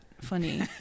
funny